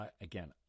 Again